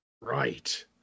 Right